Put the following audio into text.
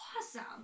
awesome